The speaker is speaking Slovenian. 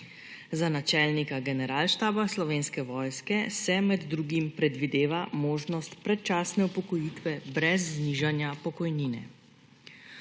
Za načelnika Generalštaba Slovenske vojske se med drugim predvideva možnost predčasne upokojitve brez znižanja pokojnine.